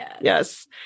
Yes